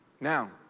Now